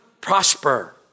prosper